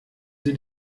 sie